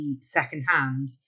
secondhand